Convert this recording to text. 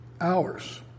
hours